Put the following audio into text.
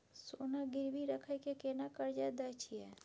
सोना गिरवी रखि के केना कर्जा दै छियै?